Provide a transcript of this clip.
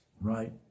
Right